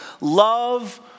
Love